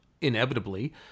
inevitably